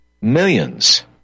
millions